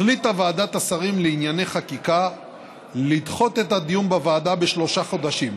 החליטה ועדת שרים לענייני חקיקה לדחות את הדיון בוועדה בשלושה חודשים.